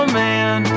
man